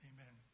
Amen